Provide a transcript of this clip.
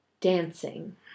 Dancing